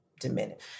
diminished